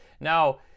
Now